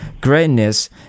greatness